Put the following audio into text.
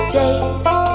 date